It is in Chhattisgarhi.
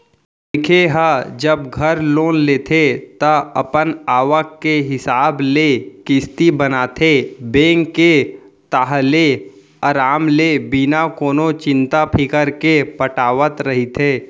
मनखे ह जब घर लोन लेथे ता अपन आवक के हिसाब ले किस्ती बनाथे बेंक के ताहले अराम ले बिना कोनो चिंता फिकर के पटावत रहिथे